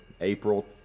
april